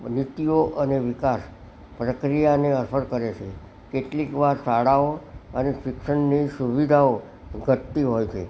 નીતિઓ અને વિકાસ પ્રકિયાને અસર કરે સે કેટલીક વાર શાળાઓ અને શિક્ષણની સુવિધાઓ ઘટતી હોય છે